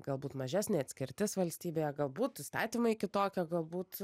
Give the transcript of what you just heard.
galbūt mažesnė atskirtis valstybėje galbūt įstatymai kitokie galbūt